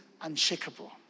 unshakable